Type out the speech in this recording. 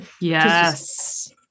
Yes